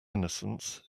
innocence